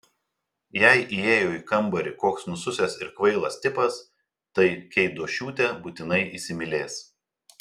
jei įėjo į kambarį koks nususęs ir kvailas tipas tai keidošiūtė būtinai įsimylės